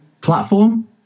platform